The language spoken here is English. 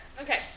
Okay